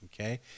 okay